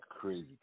crazy